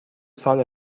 سال